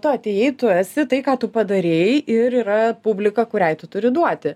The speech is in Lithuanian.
tu atėjai tu esi tai ką tu padarei ir yra publika kuriai tu turi duoti